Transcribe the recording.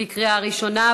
בקריאה ראשונה.